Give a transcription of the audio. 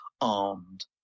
armed